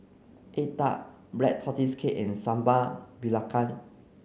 egg tart black tortoise cake and Sambal Belacan